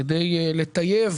על מנת לטייב